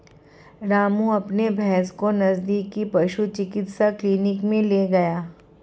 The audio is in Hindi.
रामू अपनी भैंस को नजदीकी पशु चिकित्सा क्लिनिक मे ले गया